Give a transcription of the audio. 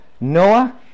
Noah